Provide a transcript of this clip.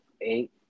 eight